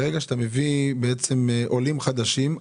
ברגע שאתה מביא עולים חדשים,